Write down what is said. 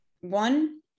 One